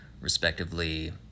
respectively